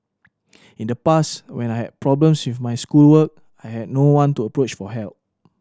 in the past when I have problems with my schoolwork I had no one to approach for help